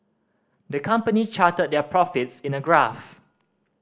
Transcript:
the company charted their profits in a graph